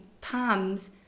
palms